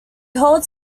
holds